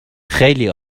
خیلی